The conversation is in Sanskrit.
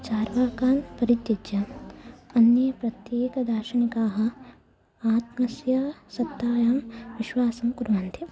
चार्वाकान् परित्यज्य अन्ये प्रत्येकदार्शनिकाः आत्मनः सत्तायां विश्वासं कुर्वन्ति